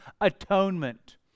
atonement